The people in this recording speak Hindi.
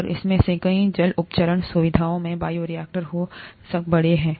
और इनमें से कई जल उपचार सुविधाओं में बायोरिएक्टर हैं जो बड़े हैं